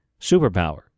superpower